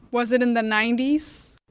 was it in the ninety s?